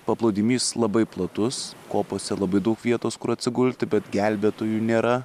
paplūdimys labai platus kopose labai daug vietos kur atsigulti bet gelbėtojų nėra